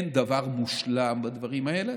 אין דבר מושלם בדברים האלה,